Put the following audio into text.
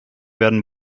werden